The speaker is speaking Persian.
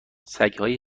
سگهای